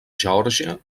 geòrgia